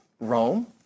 Rome